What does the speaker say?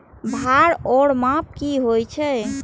भार ओर माप की होय छै?